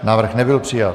Návrh nebyl přijat.